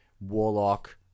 warlock